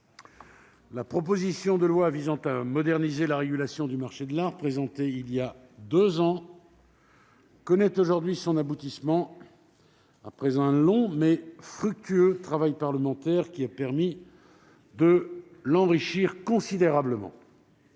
la proposition de loi visant à moderniser la régulation du marché de l'art, présentée il y a deux ans, connaît aujourd'hui son aboutissement, après un long, mais fructueux travail parlementaire, qui a permis de l'enrichir considérablement.